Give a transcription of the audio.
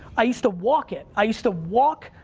i used to walk it. i used to walk,